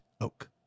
oak